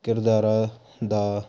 ਕਿਰਦਾਰਾਂ ਦਾ